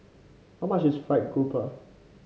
how much is fried grouper